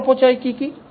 সময়ের অপচয় কি কি